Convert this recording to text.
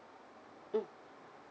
mm